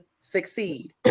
succeed